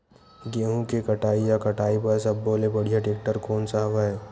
गेहूं के कटाई या कटाई बर सब्बो ले बढ़िया टेक्टर कोन सा हवय?